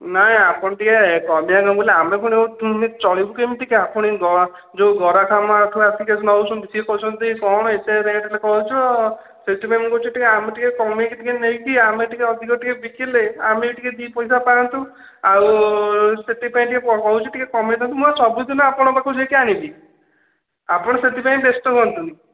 ନାଇଁ ଆପଣ ଟିକେ ନ କମେଇଲେ ଆମେ ପୁଣି କେମିତି ଚଳିବୁ କେମିତି ଆପଣ ଯେଉଁ ଗରାଖ ମାନେ ଯେଉଁ ଆସିକି ନେଉଛନ୍ତି ସେ କହୁଛନ୍ତି କ'ଣ ଏତେ ରେଟ୍ କହୁଛ ସେଥିପାଇଁ ମୁଁ କହୁଛି ଟିକିଏ ଆମେ ଟିକିଏ କମେଇକି ନେଇକି ଆମେ ଟିକିଏ ଅଧିକ ଟିକିଏ ବିକିଲେ ଆମେ ଟିକିଏ ଦୁଇ ପଇସା ପାଆନ୍ତୁ ଆଉ ସେଥିପାଇଁ ଟିକିଏ କହୁଛି ଟିକିଏ କମେଇ ଦିଅନ୍ତୁ ମୁଁ ସବୁ ଦିନ ଆପଣଙ୍କ ପାଖରୁ ଯାଇକି ଆଣିବି ଆପଣ ସେଥିପାଇଁ ବ୍ୟସ୍ତ ହୁଅନ୍ତୁନି